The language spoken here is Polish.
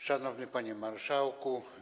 Szanowny Panie Marszałku!